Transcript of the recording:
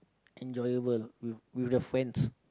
enjoyable with with your friends